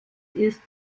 ist